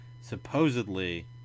supposedly